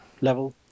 level